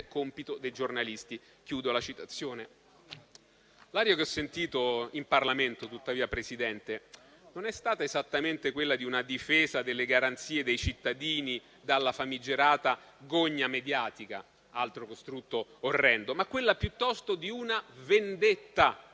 compito dei giornalisti.». L'aria che ho sentito in Parlamento, tuttavia, signor Presidente, non è stata esattamente quella di una difesa delle garanzie dei cittadini dalla famigerata gogna mediatica (altro costrutto orrendo), ma piuttosto quella di una vendetta